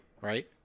right